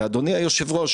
אדוני היושב-ראש,